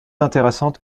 intéressantes